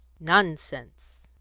nonsense!